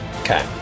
okay